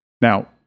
now